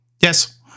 Yes